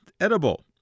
edible